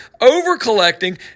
over-collecting